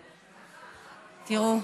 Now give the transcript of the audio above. תראו,